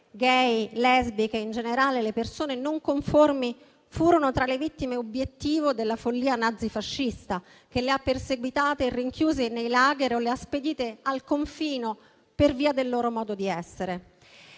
*gay*, lesbiche e in generale le persone non conformi furono tra le vittime obiettivo della follia nazifascista, che le ha perseguitate e rinchiuse nei *lager* e spedite al confino per via del loro modo di essere.